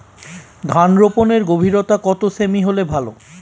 ধান রোপনের গভীরতা কত সেমি হলে ভালো?